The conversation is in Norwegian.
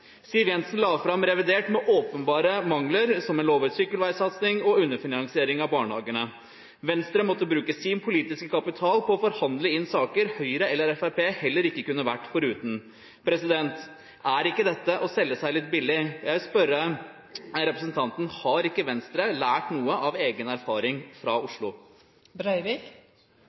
Siv Jensen la fram revidert budsjett med åpenbare mangler, som en lovet sykkelveisatsning og underfinansiering av barnehagene. Venstre måtte bruke sin politiske kapital på å forhandle inn saker Høyre eller Fremskrittspartiet heller ikke kunne vært foruten. Er ikke dette å selge seg litt billig? Jeg vil spørre representanten: Har ikke Venstre lært noe av egen erfaring fra